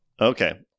Okay